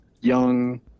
young